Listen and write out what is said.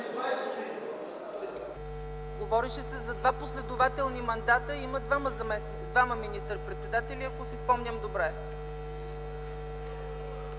Говореше се за два последователни мандата и има двама министър-председатели, ако си спомням добре.